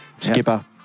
Skipper